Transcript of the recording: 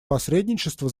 посредничества